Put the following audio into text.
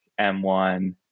M1